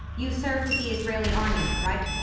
you served with the israeli army, right?